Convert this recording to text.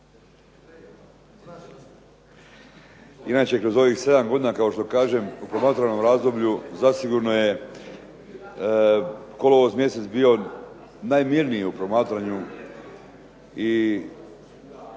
Inače, kroz ovih sedam godina kao što kažem u promatranom razdoblju zasigurno je kolovoz mjesec bio najmirniji u promatranju i